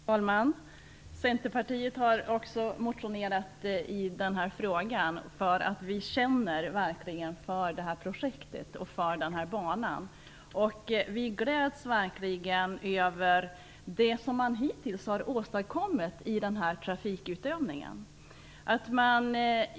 Fru talman! Centerpartiet har också motionerat i den här frågan eftersom vi verkligen känner för projektet och banan. Vi gläds verkligen över vad man hittills har åstadkommit i trafikutövningen.